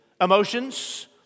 Emotions